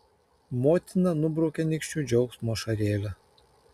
motina nubraukia nykščiu džiaugsmo ašarėlę